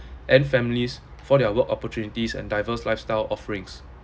and families for their work opportunities and diverse lifestyle offerings